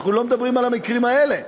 אנחנו לא מדברים על המקרים האלה.